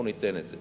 אנחנו ניתן את זה.